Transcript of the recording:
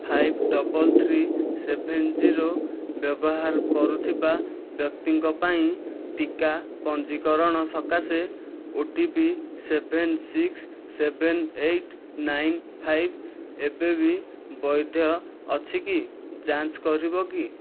five double three seven zero ବ୍ୟବହାର କରୁଥିବା ବ୍ୟକ୍ତିଙ୍କ ପାଇଁ ଟିକା ପଞ୍ଜୀକରଣ ସକାଶେ OTP seven six seven eight nine five ଏବେ ବି ବୈଧ ଅଛି କି ଯାଞ୍ଚ କରିବ କି